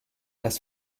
las